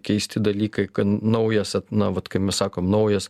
keisti dalykai ką naujo sapnavot kaip mes sakom naujas